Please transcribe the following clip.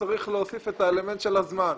צריך להוסיף את האלמנט של הזמן.